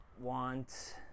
want